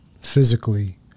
physically